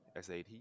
SAT